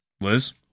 liz